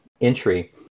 entry